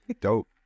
Dope